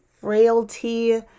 frailty